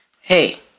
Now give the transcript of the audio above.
Hey